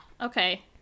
Okay